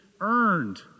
earned